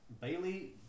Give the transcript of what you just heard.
Bailey